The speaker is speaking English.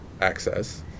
access